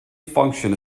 function